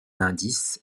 indice